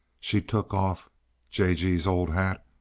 she took off j. g s old hat,